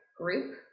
group